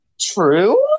True